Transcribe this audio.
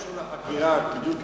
זה לא קשור לחקירה, תודה.